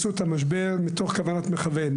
אנחנו נוודא שהם הולכים למקומות הנכונים".